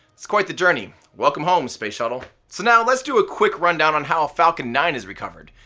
it's quite the journey! welcome home, space shuttle. so now, let's do a quick rundown on how a falcon nine is recovered.